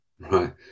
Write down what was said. right